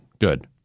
Good